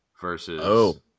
versus